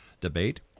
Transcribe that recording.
debate